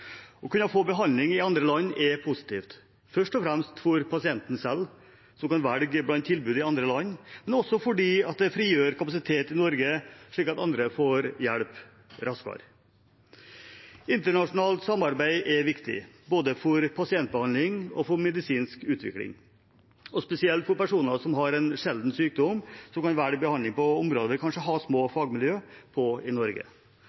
Å kunne få behandling i andre land er positivt, først og fremst for pasienten selv, som kan velge blant tilbud i andre land, men også fordi det frigjør kapasitet i Norge, slik at andre får hjelp raskere. Internasjonalt samarbeid er viktig både for pasientbehandling og for medisinsk utvikling, og spesielt for personer som har en sjelden sykdom, og som kan velge behandling på områder vi kanskje har små fagmiljø på i Norge.